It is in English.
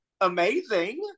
amazing